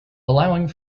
allowing